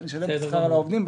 שישלמו שכר לעובדים.